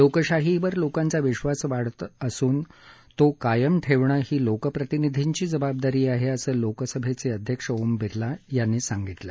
लोकशाहीवर लोकांचा विश्वास वाढत असून तो कायम ठेवणं ही लोकप्रतिनिधींची जबाबदारी आहे असं लोकसभा अध्यक्ष ओम बिर्ला म्हणाले